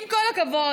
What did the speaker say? עם כל הכבוד,